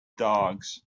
dogs